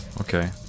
okay